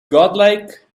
godlike